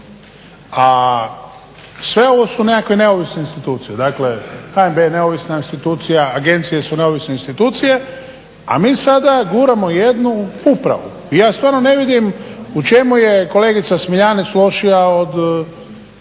A sve ovo su nekakve neovisne institucije. Dakle, HNB je neovisna institucija, agencije su neovisne institucije, a mi sada guramo jednu upravu. Ja stvarno ne vidim u čemu je kolegica Smiljanec lošija od